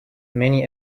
many